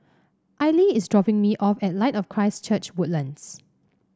Aili is dropping me off at Light of Christ Church Woodlands